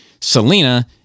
Selena